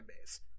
base